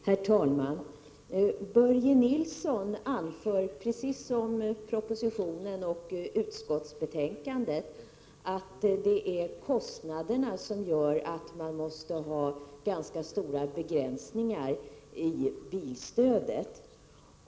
Herr talman! Börje Nilsson anför, precis som man gör i propositionen och utskottsbetänkandet, att kostnaderna föranleder att det måste göras ganska stora begränsningar i fråga om bilstödet.